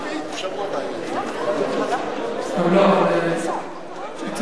אין שר.